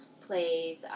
plays